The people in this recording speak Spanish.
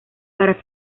para